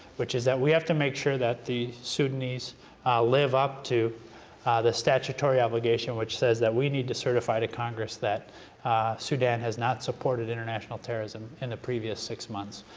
which is that we have to make sure that the sudanese live up to the statutory obligation which says that we need to certify to congress that sudan has not supported international terrorism in the previous six months,